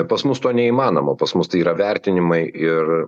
pas mus to neįmanoma pas mus tai yra vertinimai ir